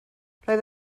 roedd